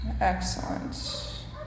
Excellent